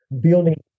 building